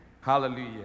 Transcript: Hallelujah